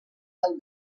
del